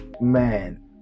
man